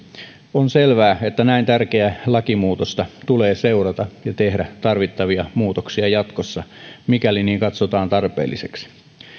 on selvää että näin tärkeää lakimuutosta tulee seurata ja tehdä tarvittavia muutoksia jatkossa mikäli niin katsotaan tarpeelliseksi